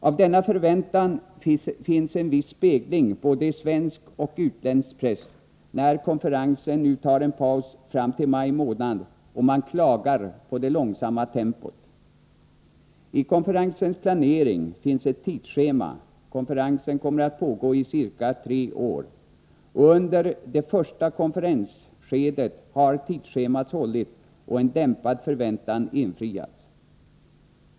Av denna förväntan finns en viss spegling både i svensk och i utländsk press när konferensen nu tar en paus fram till maj, och man klagar på det långsamma tempot. I konferensens planering finns ett tidsschema — konferensen kommer att pågå i ca tre år. Under det första konferensskedet har tidsschemat hållits och en dämpad förväntan infriats.